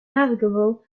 navigable